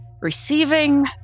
Receiving